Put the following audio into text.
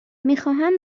میخواهم